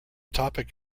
topic